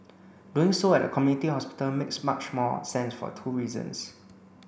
doing so at a community hospital makes much more sense for two reasons